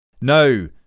No